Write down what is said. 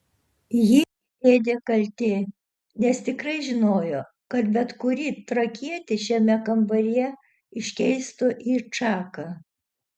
jį ėdė kaltė nes tikrai žinojo kad bet kurį trakietį šiame kambaryje iškeistų į čaką